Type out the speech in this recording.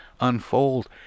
unfold